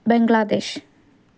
Bangladesh